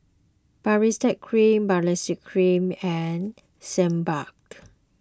Baritex Cream Baritex Cream and Sebamed